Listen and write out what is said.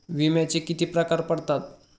विम्याचे किती प्रकार पडतात?